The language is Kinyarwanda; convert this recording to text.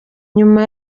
nyuma